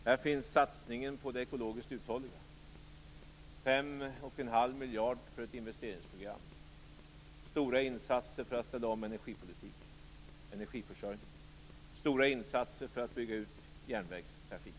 Här finns satsningen på det ekologiskt uthålliga, 5 1⁄2 miljarder för ett investeringsprogram, stora insatser för att ställa om energiförsörjningen, stora insatser för att bygga ut järnvägstrafiken.